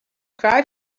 cry